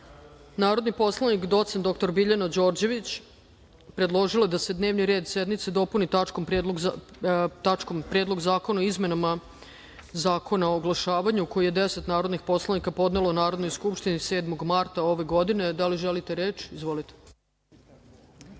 predlog. Narodni poslanik docent Biljana Đorđević, predložila je da se dnevni red sednice dopuni tačkom Predlog zakona o izmenama Zakona o oglašavanju, koji je 10 narodnih poslanika podnelo Narodnoj skupštini 7. marta ove godine. Da li želite reč? (Da.)Izvolite.